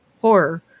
horror